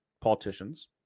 politicians